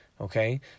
Okay